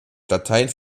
stadtteilen